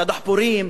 לדחפורים,